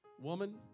Woman